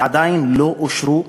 ועדיין לא אושרו,